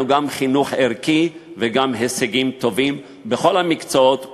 גם חינוך ערכי וגם הישגים טובים בכל המקצועות,